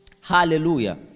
Hallelujah